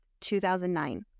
2009